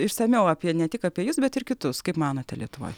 išsamiau apie ne tik apie jus bet ir kitus kaip manote lietuvoj